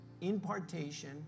impartation